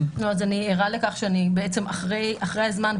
אני ערה לכך שאני אחרי הזמן.